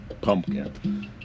Pumpkin